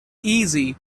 easy